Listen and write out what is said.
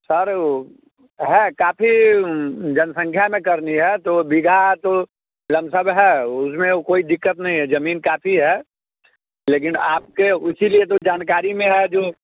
sir वह है काफ़ी जनसंख्या में करनी है तो बीघा तो लमसम है उसमें कोई दिक्कत नहीं है ज़मीन काफ़ी है लेकिन आपके उसी लिए तो जानकारी में है जो